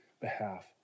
behalf